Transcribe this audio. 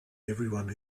everyone